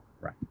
Right